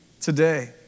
today